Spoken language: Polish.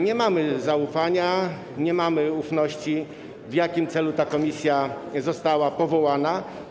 Nie mamy zaufania, nie mamy ufności do tego, w jakim celu ta komisja została powołana.